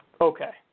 Okay